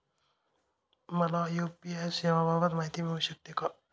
मला यू.पी.आय सेवांबाबत माहिती मिळू शकते का?